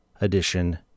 Edition